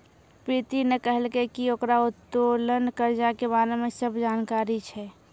प्रीति ने कहलकै की ओकरा उत्तोलन कर्जा के बारे मे सब जानकारी छै